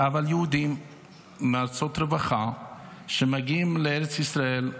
אבל יהודים מארצות רווחה, שמגיעים לארץ ישראל,